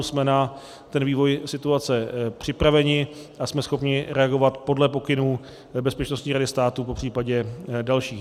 Jsme na vývoj situace připraveni a jsme schopni reagovat podle pokynů Bezpečnostní rady státu, popř. dalších.